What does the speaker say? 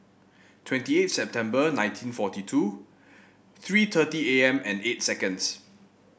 twenty eight September nineteen forty two three thirty A M and eight seconds